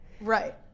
Right